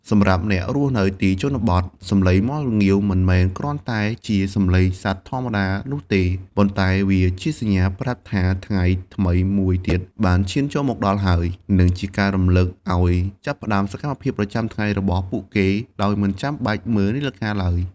សម្រាប់អ្នករស់នៅទីជនបទ សំឡេងមាន់រងាវមិនមែនគ្រាន់តែជាសំឡេងសត្វធម្មតានោះទេ ប៉ុន្តែវាជាសញ្ញាប្រាប់ថាថ្ងៃថ្មីមួយទៀតបានឈានចូលមកដល់ហើយ និងជាការរំលឹកឱ្យចាប់ផ្តើមសកម្មភាពប្រចាំថ្ងៃរបស់ពួកគេដោយមិនចាំបាច់មើលនាឡិកាឡើយ។